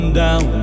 down